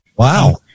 Wow